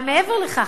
אבל מעבר לכך,